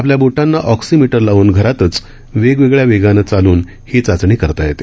आपल्या बोटांना ऑक्सिमीटर लावून घरातच वेगवेगळ्या वेगानं चालून ही चाचणी करता येते